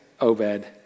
Obed